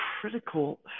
Critical